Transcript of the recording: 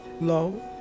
low